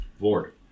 board